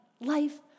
life